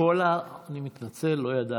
אני מתנצל, לא ידעתי.